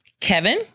Kevin